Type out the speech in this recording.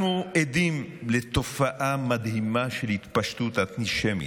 אנחנו עדים לתופעה מדהימה של התפשטות אנטישמיות.